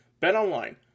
BetOnline